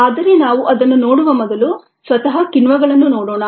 ಆದರೆ ನಾವು ಅದನ್ನು ನೋಡುವ ಮೊದಲು ಸ್ವತಃ ಕಿಣ್ವಗಳನ್ನು ನೋಡೋಣ